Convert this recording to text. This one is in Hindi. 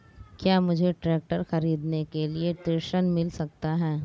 क्या मुझे ट्रैक्टर खरीदने के लिए ऋण मिल सकता है?